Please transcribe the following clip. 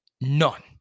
None